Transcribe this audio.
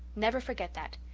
never forget that.